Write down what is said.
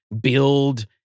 build